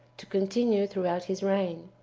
to continue throughout his reign.